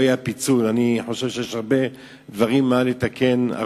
אני חושב שיש הרבה דברים לתקן קודם,